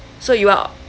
so you want